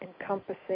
encompassing